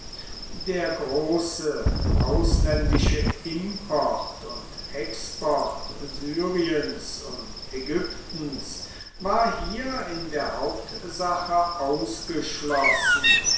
der große ausländische import und export syriens und ägyptens war hier in der hauptsache ausgeschlossen